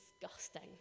disgusting